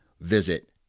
visit